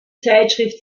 zeitschrift